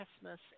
Christmas